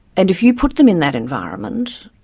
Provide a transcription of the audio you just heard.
and if you put them in that environment,